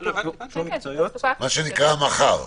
מה שנקרא המח"ר.